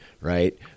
Right